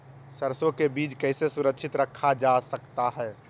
सरसो के बीज कैसे सुरक्षित रखा जा सकता है?